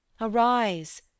Arise